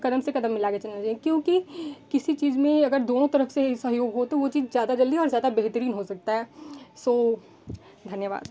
कदम से कदम मिला के चलना चाहिए क्योंकि किसी चीज में अगर दोनों तरफ से सहयोग हो तो वो चीज ज़्यादा जल्दी और ज़्यादा बेहतरीन हो सकता है सो धन्यवाद